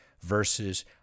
versus